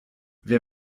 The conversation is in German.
wer